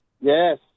Yes